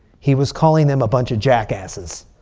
he was calling them a bunch of jackasses.